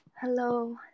Hello